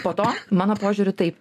po to mano požiūriu taip